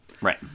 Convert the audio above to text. Right